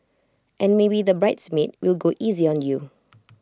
and maybe the bridesmaid will go easy on you